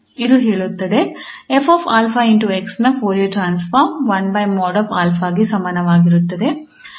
ಇದು ಹೇಳುತ್ತದೆ 𝑓𝑎𝑥 ನ ಫೋರಿಯರ್ ಟ್ರಾನ್ಸ್ಫಾರ್ಮ್ ಗೆ ಸಮಾನವಾಗಿರುತ್ತದೆ